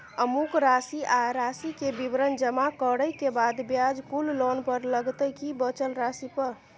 अमुक राशि आ राशि के विवरण जमा करै के बाद ब्याज कुल लोन पर लगतै की बचल राशि पर?